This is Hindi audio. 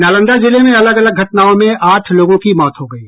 नालंदा जिले में अलग अलग घटनाओं में आठ लोगों की मौत हो गयी